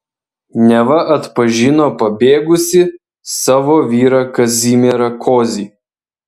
neva atpažino pabėgusį savo vyrą kazimierą kozį